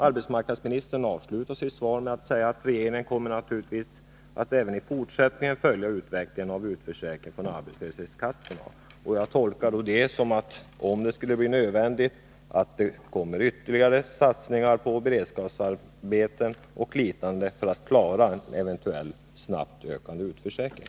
Arbetsmarknadsministern avslutar sitt svar med att säga: ”Regeringen kommer naturligtvis att även i fortsättningen noga följa utvecklingen av utförsäkringen från arbetslöshetskassorna.” Jag tolkar detta så, att det, om det skulle bli nödvändigt, kommer ytterligare satsningar på beredskapsarbeten och liknande för att möta en eventuellt snabbt ökande utförsäkring.